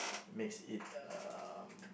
makes it uh